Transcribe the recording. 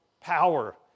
power